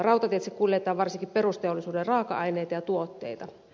rautateitse kuljetetaan varsinkin perusteollisuuden raaka aineita ja tuotteita